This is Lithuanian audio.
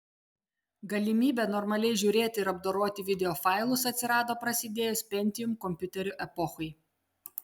galimybė normaliai žiūrėti ir apdoroti videofailus atsirado prasidėjus pentium kompiuterių epochai